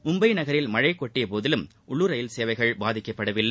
மும்பை நகரில் மழை கொட்டியபோதிலும் உள்ளூர் ரயில் சேவைகள் பாதிக்கப்படவில்லை